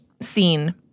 scene